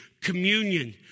communion